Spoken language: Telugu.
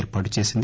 ఏర్పాటు చేసింది